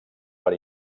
per